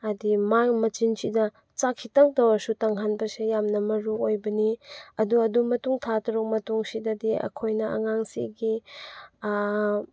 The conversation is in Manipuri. ꯍꯥꯏꯗꯤ ꯃꯥꯒꯤ ꯃꯆꯤꯟꯁꯤꯗ ꯆꯥꯛ ꯈꯤꯇꯪꯇ ꯑꯣꯏꯔꯁꯨ ꯇꯪꯍꯟꯕꯁꯤ ꯌꯥꯝꯅ ꯃꯔꯨꯑꯣꯏꯕꯅꯤ ꯑꯗꯨ ꯑꯗꯨ ꯃꯇꯨꯡ ꯊꯥ ꯇꯔꯨꯛ ꯃꯇꯨꯡꯁꯤꯗꯗꯤ ꯑꯩꯈꯣꯏꯅ ꯑꯉꯥꯡꯁꯤꯒꯤ